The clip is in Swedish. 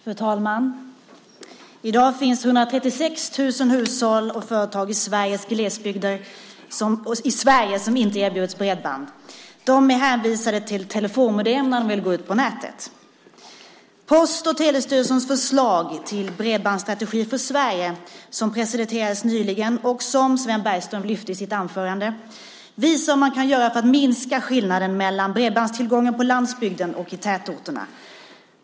Fru talman! I dag finns 136 000 hushåll och företag i Sverige som inte erbjuds bredband. De än hänvisade till telefonmodem när de vill gå ut på nätet. Post och telestyrelsens förslag till bredbandsstrategi för Sverige som presenterades nyligen och som Sven Bergström lyfte fram i sitt anförande visar hur man kan göra för att minska skillnaden mellan bredbandstillgången på landsbygden och i tätorterna.